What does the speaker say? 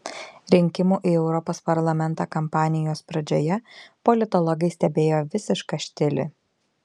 rinkimų į europos parlamentą kampanijos pradžioje politologai stebėjo visišką štilį